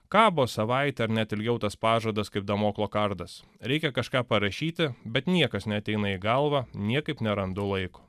kabo savaitę ar net ilgiau tas pažadas kaip damoklo kardas reikia kažką parašyti bet niekas neateina į galvą niekaip nerandu laiko